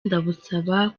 ndamusaba